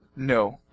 No